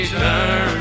turn